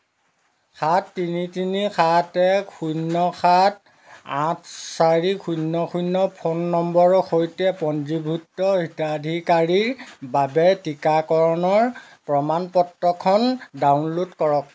সাত তিনি তিনি সাত এক শূন্য সাত আঠ চাৰি শূন্য শূন্য ফোন নম্বৰৰ সৈতে পঞ্জীভুক্ত হিতাধিকাৰীৰ বাবে টীকাকৰণৰ প্ৰমাণপত্ৰখন ডাউনলোড কৰক